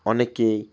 অনেকেই